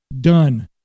done